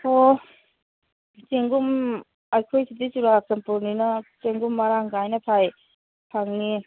ꯑꯣ ꯆꯦꯡꯒꯨꯝ ꯑꯩꯈꯣꯏ ꯁꯤꯗꯤ ꯆꯨꯔꯥꯆꯥꯟꯄꯨꯔꯅꯤꯅ ꯆꯦꯡꯒꯨꯝ ꯃꯔꯥꯡ ꯀꯥꯏꯅ ꯊꯥꯏ ꯐꯪꯏ